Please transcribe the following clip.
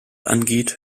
angeht